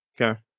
Okay